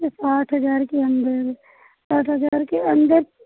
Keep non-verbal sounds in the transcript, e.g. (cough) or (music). (unintelligible) साठ हजार के अन्दर साठ हजार के अन्दर